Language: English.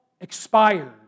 expired